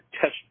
test